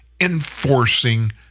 enforcing